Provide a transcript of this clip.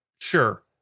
sure